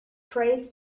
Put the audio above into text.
prays